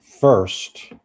first